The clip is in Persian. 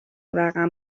رقم